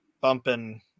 bumping